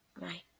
Right